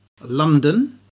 London